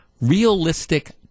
realistic